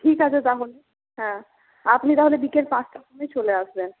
ঠিক আছে তাহলে হ্যাঁ আপনি তাহলে বিকেল পাঁচটার সময় চলে আসবেন